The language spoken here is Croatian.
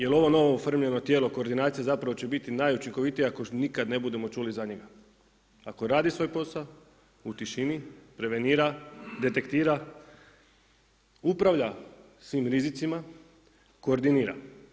Jer ovo novo oformljeno tijelo, koordinacija zapravo će biti najučinkovitija ako nikada ne budemo čuli za njega, ako radi svoj posao u tišini, prevenira, detektira, upravlja svim rizicima, koordinira.